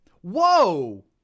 Whoa